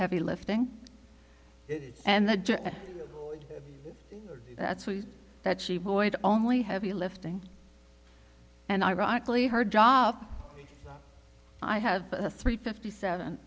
heavy lifting and that that she would only heavy lifting and ironically her job i have a three fifty seven